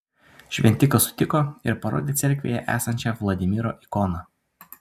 šventikas sutiko ir parodė cerkvėje esančią vladimiro ikoną